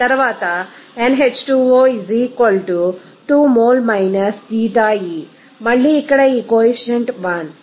00 mol ξe మళ్ళీ ఇక్కడ ఈ కొఎఫిషియంట్ 1